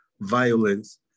violence